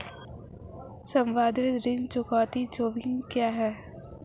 संभावित ऋण चुकौती जोखिम क्या हैं?